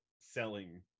selling